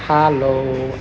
hello